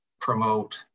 promote